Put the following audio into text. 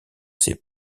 ses